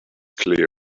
clear